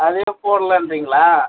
அதே போடலான்றீங்களா